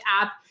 app